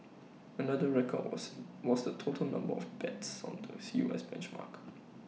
another record was was the total number of bets on the us benchmark